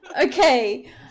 Okay